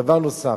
דבר נוסף,